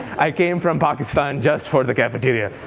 i came from pakistan just for the cafeteria.